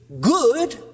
good